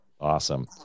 Awesome